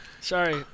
Sorry